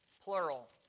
plural